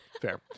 Fair